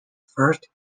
first